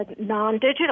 non-digital